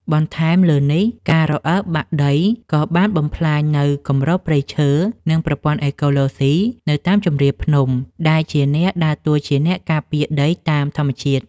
បន្ថែមលើនេះ ការរអិលបាក់ដីក៏បានបំផ្លាញនូវគម្របព្រៃឈើ និងប្រព័ន្ធអេកូឡូស៊ីនៅតាមជម្រាលភ្នំ ដែលជាអ្នកដើរតួជាអ្នកការពារដីតាមធម្មជាតិ។